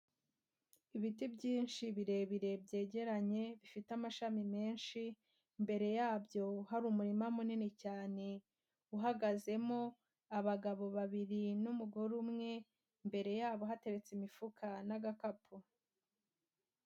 Ibiti byinshi birebire byegeranye bifite amashami menshi, imbere yabyo hari umurima munini cyane uhagazemo abagabo babiri n'umugore umwe, imbere yabo hateretse imifuka n'agakapu.